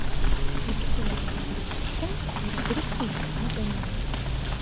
rytoj raumenys sustings ir dirbti jau nebenorėsiu